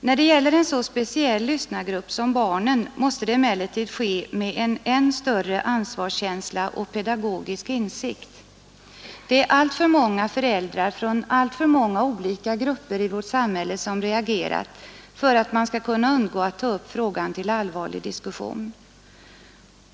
När det gäller en så speciell lyssnargrupp som barnen måste det emellertid ske med än större ansvarskänsla och pedagogisk insikt. Det är alltför många föräldrar från alltför många olika grupper i vårt samhälle som reagerat för att man skall kunna undgå att ta upp frågan till allvarlig diskussion.